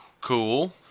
cool